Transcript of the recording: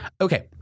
Okay